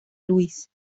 luis